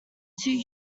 two